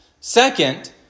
Second